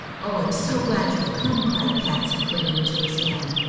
oh, i'm so glad you've come! cried patsy, clinging to his hand.